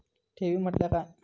ठेवी म्हटल्या काय?